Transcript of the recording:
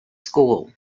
school